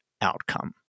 outcome